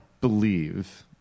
believe